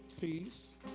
Peace